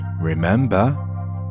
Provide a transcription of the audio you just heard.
remember